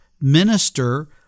minister